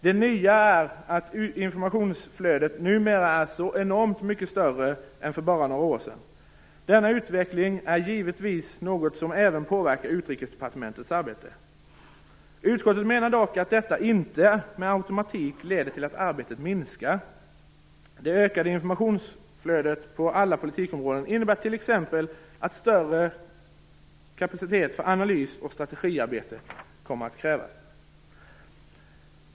Det "nya" är att informationsflödet numera är så enormt mycket större än bara för några år sedan. Denna utveckling är givetvis något som även påverkar Utrikesdepartementets arbete. Utskottet menar dock att detta inte med automatik leder till att arbetet minskar. Det ökade informationsflödet på alla politikområden innebär t.ex. att större kapacitet för analys och strategiarbete kommer att krävas.